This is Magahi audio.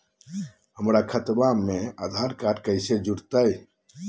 हमर खतवा मे आधार कार्ड केना जुड़ी?